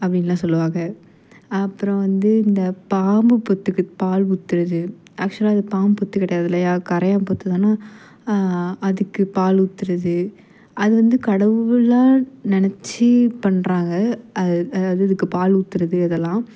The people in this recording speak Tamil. அப்படின்லாம் சொல்லுவாங்க அப்புறம் வந்து இந்த பாம்பு புற்றுக்கு பால் ஊத்துறது ஆக்சுவலாக அது பாம்பு புற்று கிடையாது இல்லையா கரையான் புற்றுதான அதுக்கு பால் ஊத்துறது அது வந்து கடவுளாக நினைச்சி பண்ணுறாங்க அது அதாவது இதுக்கு பால் ஊத்துறது அதெல்லாம்